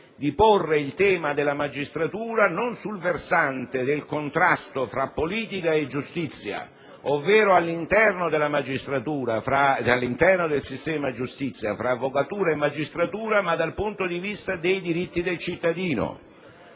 di porre il tema della magistratura non sul versante del contrasto tra politica e giustizia, ovvero all'interno del sistema giustizia tra avvocatura e magistratura, ma dal punto di vista dei diritti del cittadino.